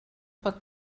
pot